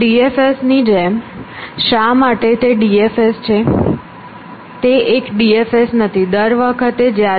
DFS ની જેમ શા માટે તે DFS છે